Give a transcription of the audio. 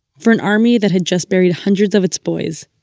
for an army that had just buried hundreds of its boys,